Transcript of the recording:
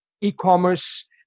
e-commerce